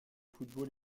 football